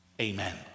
Amen